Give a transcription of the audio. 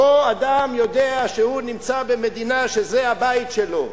פה אדם יודע שהוא נמצא במדינה, שזה הבית שלו.